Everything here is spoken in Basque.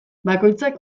bakoitzak